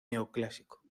neoclásico